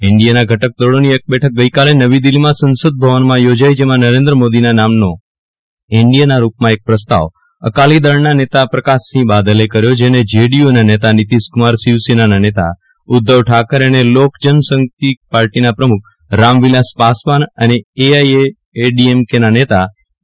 એનડીએના ઘટકદળોની એક બેઠક ગઈકાલે નવી દીલ્હીમાં સંસદભવનમાં યોજાઇ જેમાં નરેન્દ્ર મોદીના નામનો એનડીના રૂપમાં એક પ્રસ્તાવ અકાલીદળના નેતા પ્રકાશસિંહ બાદલે કર્યો જેને જેડીયુના નેતા નીતીશકુમાર શિવસેનાના નેતા ઉદ્વવ ઠાકરે અને લોકજનશક્તિ પાર્ટીના પ્રમુખ રામવિલાસ પાસવાન અને એઆઇએડીએમકેના નેતા ઇ